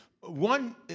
One